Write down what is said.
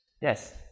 Yes